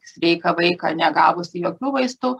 sveiką vaiką negavusi jokių vaistų